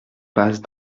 passe